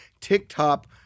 TikTok